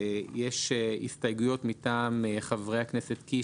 יש הסתייגויות מטעם חברי הכנסת קיש,